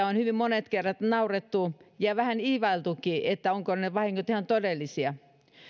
on hyvin monet kerran naurettu ja on vähän ivailtukin että ovatko ne ne vahingot ihan todellisia